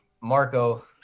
marco